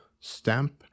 stamp